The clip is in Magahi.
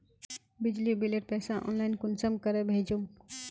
बिजली बिलेर पैसा ऑनलाइन कुंसम करे भेजुम?